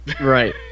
right